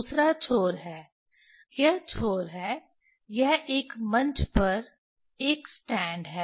दूसरा छोर है यह छोर है यह एक मंच पर एक स्टैंड है